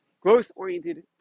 growth-oriented